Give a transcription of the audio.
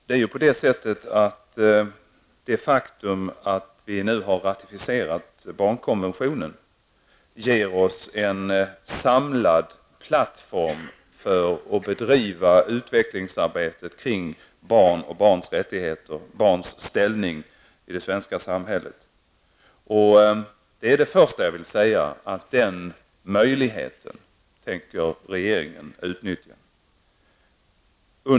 Herr talman! I och med att vi har ratificerat barnkonventionen får vi en samlad plattform för att bedriva utvecklingsarbete kring barn och barns rättigheter samt barns ställning i det svenska samhället. Den möjligheten tänker också regeringen utnyttja.